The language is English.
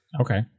Okay